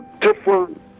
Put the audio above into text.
different